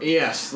yes